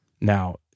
Now